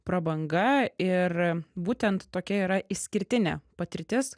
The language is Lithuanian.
prabanga ir būtent tokia yra išskirtinė patirtis